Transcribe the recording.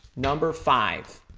number five.